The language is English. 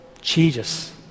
Jesus